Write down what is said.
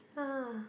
ya